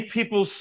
people